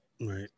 Right